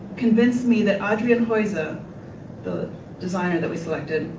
convinced me that adriaan geuze, ah the designer that we selected,